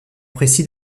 précis